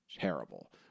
terrible